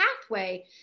pathway